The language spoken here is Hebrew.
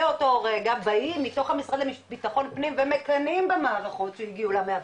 מאותו רגע באים מתוך המשרד לביטחון פנים ומקנאים במערכות שהגיעו ל-105,